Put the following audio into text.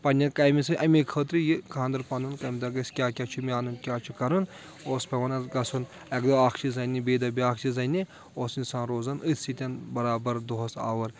پنٕنہِ کامہِ سۭتۍ اَمہِ خٲطرٕ یہِ خاندَر پَنُن کَمہِ دۄہ گژھِ کیٛاہ کیٛاہ چھُ مےٚ اَنُن کیاہ کیاہ کیاہ چھُ کرُن اوس پؠوان حظ گژھُن اکہِ دۄہ اکھ چیٖز اَنٕنہِ بیٚیہِ دۄہ بیاکھ چیٖز اَنٕنہِ اوس اِنسان روزان أتھۍ سۭتؠن برابر دۄہَس آوُر